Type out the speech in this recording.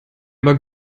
aber